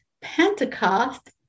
Pentecost